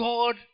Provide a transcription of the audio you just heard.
God